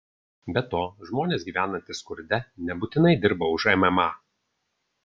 be to žmonės gyvenantys skurde nebūtinai dirba už mma